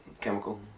chemical